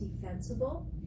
defensible